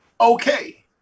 okay